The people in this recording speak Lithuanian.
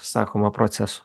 sakoma procesų